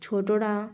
ছোটরা